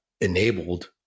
enabled